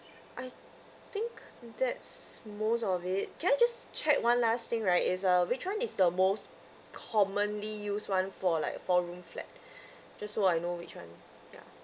I think that's most of it can I just check one last thing right is uh which one is the most commonly used [one] for like a four room flat just so I know which one ya